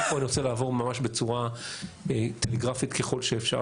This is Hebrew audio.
אני רוצה לעבור ממש בצורה טלגרפית ככל שאפשר,